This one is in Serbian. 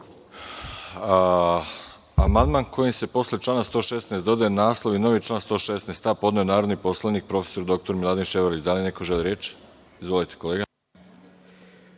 Amandman kojim se posle člana 116. dodaje naslov i novi član 116a podneo je narodni poslanik prof. dr Miladin Ševarlić. Da li neko želi reč? Izvolite, kolega.